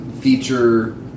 feature